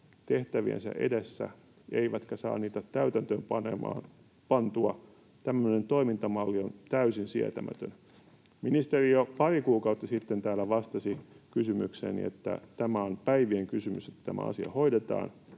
tehtäviensä edessä eivätkä saa niitä täytäntöön pantua, on täysin sietämätön. Ministeri jo pari kuukautta sitten täällä vastasi kysymykseeni, että tämä on päivien kysymys, että tämä asia hoidetaan